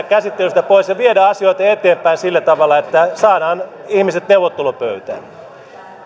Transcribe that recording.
käsittelystä pois ja viedä asioita eteenpäin sillä tavalla että saadaan ihmiset neuvottelupöytään